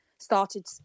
started